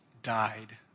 died